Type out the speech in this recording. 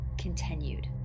continued